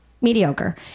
mediocre